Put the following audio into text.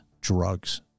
drugs